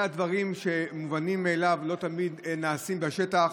אולי הדברים שמובנים מאליהם לא תמיד נעשים בשטח.